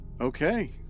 Okay